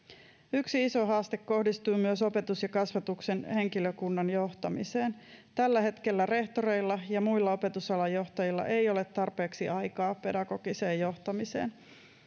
yksi iso haaste kohdistui myös opetus ja kasvatushenkilökunnan johtamiseen tällä hetkellä rehtoreilla ja muilla opetusalan johtajilla ei ole tarpeeksi aikaa pedagogiseen johtamiseen